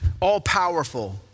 all-powerful